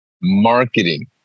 marketing